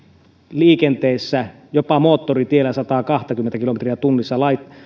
liikenteessä jopa moottoritiellä satakaksikymmentä kilometriä tunnissa